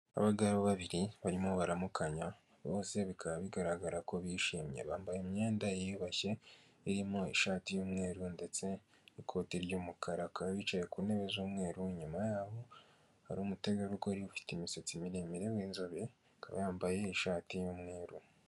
Abagabo babiri barimo baramukanya bose bikaba bigaragara ko bishimye, bambaye imyenda yiyubashye irimo ishati y'umweru ndetse n'ikoti ry'umukara, bakaba bicaye ku ntebe z'umweru, inyuma yabo hari umutegarugori ufite imisatsi miremire w'inzobe, akaba yambaye ishati y'umweru.